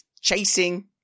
chasing